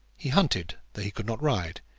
he hunted, though he could not ride.